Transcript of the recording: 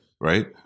right